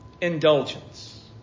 Indulgence